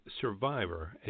SURVIVOR